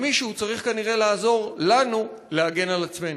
אז מישהו צריך כנראה לעזור לנו להגן על עצמנו.